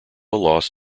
lost